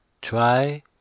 Try